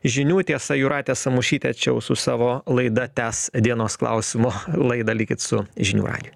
žinių tiesa jūratė samušytė čia jau su savo laida tęs dienos klausimo laidą likit su žinių radiju